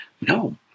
No